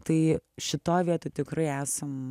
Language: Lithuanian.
tai šitoj vietoj tikrai esam